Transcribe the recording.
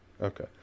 Okay